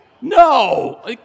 No